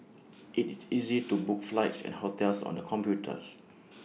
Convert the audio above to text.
IT is easy to book flights and hotels on the computers